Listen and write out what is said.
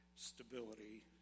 Stability